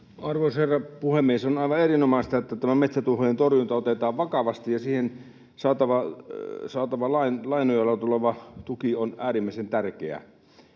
Arvoisa herra puhemies! On aivan erinomaista, että tämä metsätuhojen torjunta otetaan vakavasti, ja siihen saatava, lain nojalla tuleva tuki on äärimmäisen tärkeä.